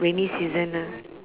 rainy season ah